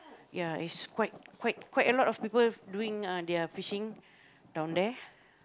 ya is quite quite quite a lot of people doing their uh fishing down there